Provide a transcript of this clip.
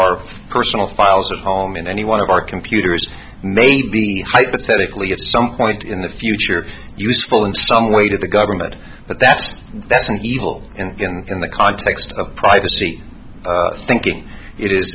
our personal files at home in any one of our computers and may be hypothetically at some point in the future useful in some way to the government but that's that's an evil and the context of privacy thinking it is